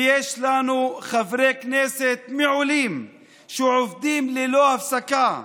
ויש לנו חברי כנסת מעולים שעובדים ללא הפסקה,